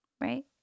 Right